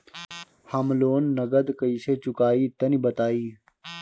हम लोन नगद कइसे चूकाई तनि बताईं?